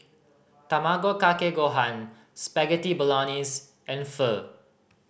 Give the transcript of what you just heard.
Tamago Kake Gohan Spaghetti Bolognese and Pho